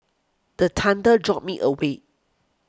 the thunder jolt me awake